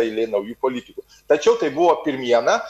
eilė naujų politikų tačiau tai buvo pirmiena